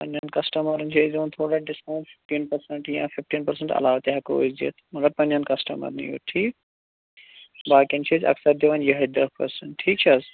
پنٛنٮ۪ن کَسٹٕمَرَن چھِ أسۍ دِوان تھوڑا ڈِسکاوُنٹ فِفٹیٖن پٔرسَنٹ یا فِفٹیٖن پٔرسَنٹ علاوٕ تہِ ہٮ۪کو أسۍ دِتھ مگر پنٛنٮ۪ن کَسٹٕمَرنٕے یوت ٹھیٖک باقٕیَن چھِ أسۍ اکثر دِوان یِہوٚے دَہ پٔرسَنٹ ٹھیٖک چھِ حظ